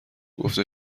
گفته